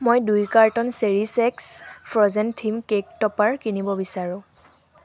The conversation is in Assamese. মই দুই কাৰ্টন চেৰি ছেক্স ফ্ৰ'জেন থিম কেক ট'পাৰ কিনিব বিচাৰোঁ